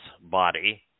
body